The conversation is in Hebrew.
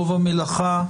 רוב המלאכה,